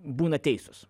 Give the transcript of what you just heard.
būna teisūs